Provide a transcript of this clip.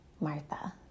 Martha